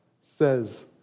says